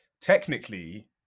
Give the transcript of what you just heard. technically